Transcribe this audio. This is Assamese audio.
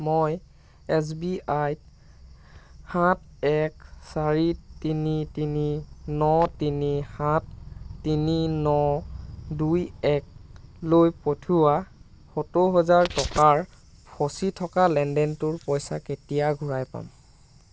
মই এছ বি আইত সাত এক চাৰি তিনি তিনি ন তিনি সাত তিনি ন দুই একলৈ পঠিওৱা সত্তৰ হাজাৰ টকাৰ ফঁচি থকা লেনদেনটোৰ পইচা কেতিয়া ঘূৰাই পাম